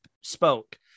spoke